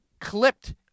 clipped